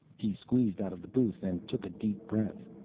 he squeezed out of the booth and took a deep breath.